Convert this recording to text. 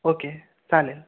okay चालेल